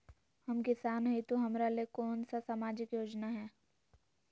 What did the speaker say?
हम किसान हई तो हमरा ले कोन सा सामाजिक योजना है?